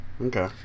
Okay